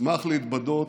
אשמח להתבדות,